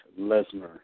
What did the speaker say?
Lesnar